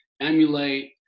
emulate